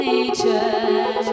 nature